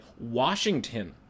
Washington